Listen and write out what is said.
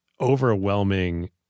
overwhelming